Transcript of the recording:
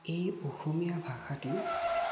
এই অসমীয়া ভাষাটি